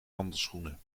wandelschoenen